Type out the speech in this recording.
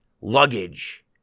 luggage